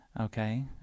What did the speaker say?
Okay